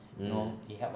mm